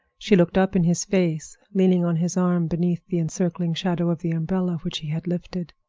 she looked up in his face, leaning on his arm beneath the encircling shadow of the umbrella which he had lifted.